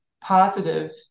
positive